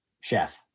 Chef